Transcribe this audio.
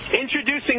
introducing